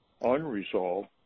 unresolved